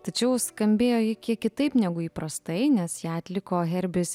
tačiau skambėjo ji kiek kitaip negu įprastai nes ją atliko herbis